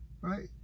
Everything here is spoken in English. Right